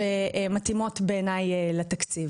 שמתאימות לתקציב.